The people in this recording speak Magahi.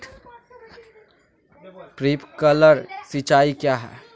प्रिंक्लर सिंचाई क्या है?